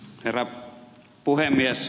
herra puhemies